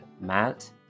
matt